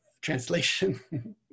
translation